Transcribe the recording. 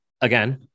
again